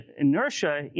inertia